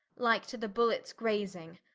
like to the bullets crasing,